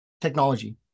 technology